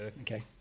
Okay